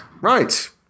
right